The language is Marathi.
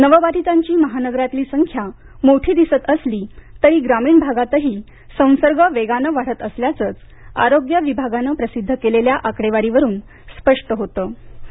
नवबाधतांची महानगरातली संख्या मोठी दिसत असली तरी ग्रामीण भागातही संसर्ग वेगानं वाढत सल्याचंच आरोग्य विभागानं प्रसिद्ध केलेल्या आकडेवारीवरून स्पष्ट होतां